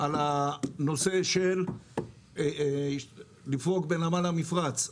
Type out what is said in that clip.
בנושא של לפרוק בנמל המפרץ,